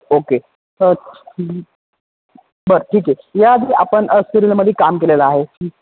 okay बरं ठीक आहे या आधी आपण सिरिअलमध्ये काम केलेलं आहे